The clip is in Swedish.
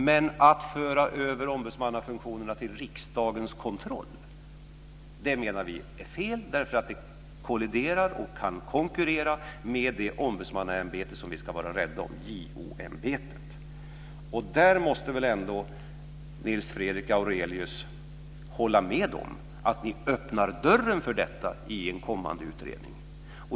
Men att föra över ombudsmannafunktionerna till riksdagens kontroll menar vi är fel därför att det kolliderar och kan konkurrera med det ombudsmannaämbete som vi ska vara rädda om, nämligen JO-ämbetet. Där måste väl ändå Nils Fredrik Aurelius hålla med om att ni öppnar dörren för detta i en kommande utredning.